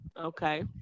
Okay